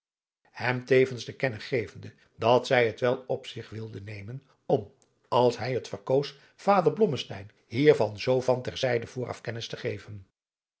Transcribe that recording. hem tevens te kennen gevende dat zij het wel op zich wilde nemen om als hij het verkoos vader blommesteyn hiervan zoo van ter zijde vooraf kennis te geven